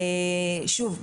שוב,